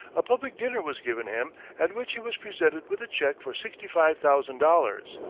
a public dinner was given him, at which he was presented with a check for sixty-five thousand dollars.